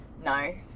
No